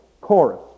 chorus